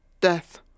death